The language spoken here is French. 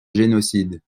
génocide